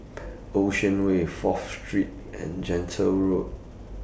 Ocean Way Fourth Street and Gentle Road